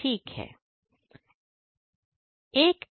ठीक है